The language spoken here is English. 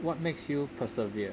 what makes you persevere